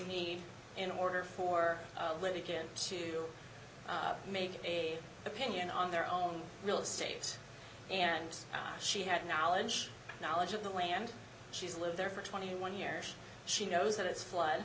need in order for a living kin to make a opinion on their own real estate and she had knowledge knowledge of the land she's lived there for twenty one years she knows that it's flood